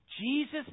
Jesus